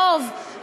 ברוב,